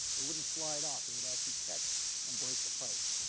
wouldn't slide off. it would actually catch and break the pikes.